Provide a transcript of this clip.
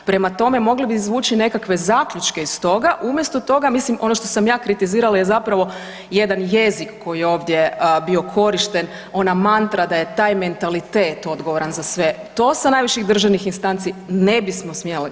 Prema tome, mogli bi izvući nekakve zaključke iz toga, umjesto toga, mislim ono što sam ja kritizirala je zapravo jedan jezik koji je ovdje bio korišten, ona mantra da je taj mentalitet odgovoran za sve, to sa najviših državnih instanci, ne bismo smjeli slušati.